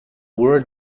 word